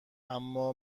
اما